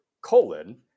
colon